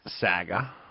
saga